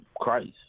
Christ